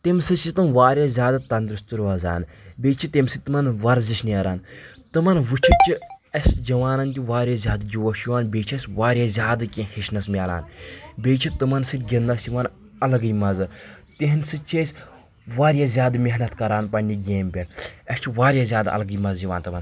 تِم سۭتۍ چھِ تِم واریاہ زیادٕ تندرست روزان بیٚیہِ چھِ تٔمۍ سۭتۍ تِمن ورزش نیران تِمن وٕچھِتھ چھِ اسہِ جوانن تہِ واریاہ زیادٕ جوش یِوان بیٚیہِ چھِ اسہِ واریاہ زیادٕ کینٛہہ ہیٚچھنس مِلان بیٚیہِ چھِ تِمن سۭتۍ گِنٛدنس یِون الگٕے مزٕ تِہنٛدۍ سۭتۍ چھِ أسۍ واریاہ زیادٕ محنت کران پننہِ گیمہِ پٮ۪ٹھ اسہِ چھِ واریاہ زیادٕ الگٕے مزٕ یِوان تِمَن